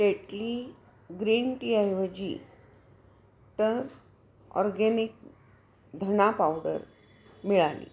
Tetley green टीऐवजी ट organic धणा पावडर मिळाली